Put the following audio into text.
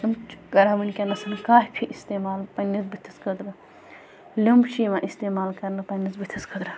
تِم چھِ کَران وٕنۍکٮ۪نَس کافی اِستعمال پنٛنِس بٕتھِس خٲطرٕ لیوٚنٛمب چھِ یِوان اِستعمال کَرنہٕ پنٛنِس بٕتھِس خٲطرٕ